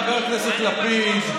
חבר הכנסת לפיד,